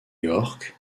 york